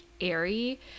airy